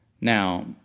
Now